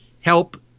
help